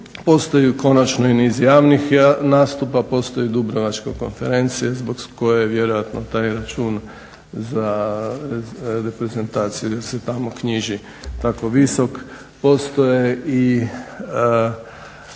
Postoji konačno i niz javnih nastupa, postoji Dubrovačka konferencija zbog koje je vjerojatno taj račun za reprezentaciju, jer se tamo knjiži tako visok. Postoje i